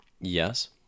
yes